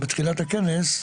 בתחילת הכנס,